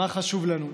מה חשוב לנו.